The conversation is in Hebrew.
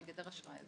בגדר אשראי,